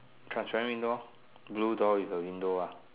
transparent window ah blue door with a window ah